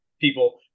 people